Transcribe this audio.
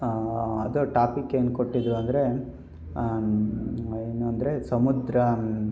ಅದು ಟಾಪಿಕ್ ಏನು ಕೊಟ್ಟಿದ್ದರು ಅಂದರೆ ಏನೆಂದರೆ ಸಮುದ್ರ